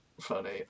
funny